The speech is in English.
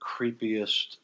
creepiest